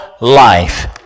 life